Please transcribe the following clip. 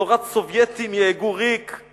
בתורת סובייטים יהגו ריק /